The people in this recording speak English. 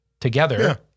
together